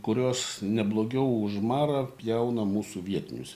kurios ne blogiau už marą pjauna mūsų vietinius